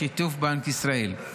בשיתוף בנק ישראל.